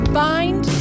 bind